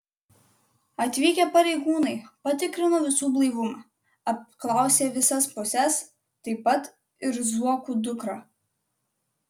atvykę pareigūnai patikrino visų blaivumą apklausė visas puses taip pat ir zuokų dukrą